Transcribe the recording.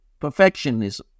perfectionism